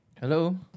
Hello